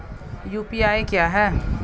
UPI क्या है?